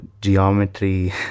geometry